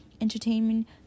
entertainment